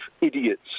idiots